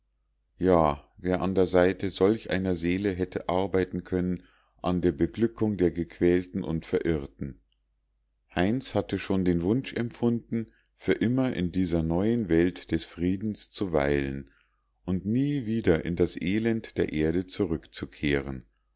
ja wer an der seite solch einer seele hätte arbeiten können an der beglückung der gequälten und verirrten heinz hatte schon den wunsch empfunden für immer in dieser neuen welt des friedens zu weilen und nie wieder in das elend der erde zurückzukehren